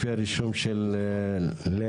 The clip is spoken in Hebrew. לפי הרישום של לאה.